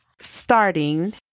starting